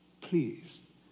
Please